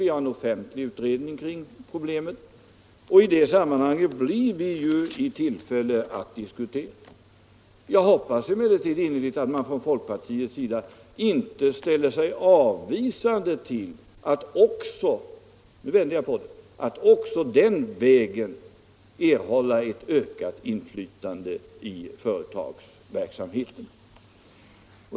Vi har en offentlig utredning kring problemen, och i det sammanhanget blir det ju tillfälle att diskutera. Jag hoppas emellertid innerligt att man från folkpartiets sida inte ställer sig avvisande till — nu vänder jag på frågan - att också den vägen erhålla ökat inflytande i företagsverksamheten.